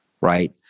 right